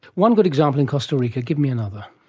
one good example in costa rica. give me another.